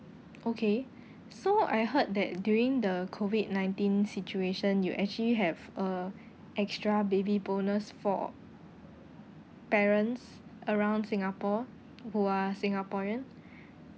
okay so I heard that during the COVID nineteen situation you actually have a extra baby bonus for parents around singapore who are singaporean